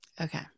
Okay